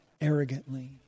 arrogantly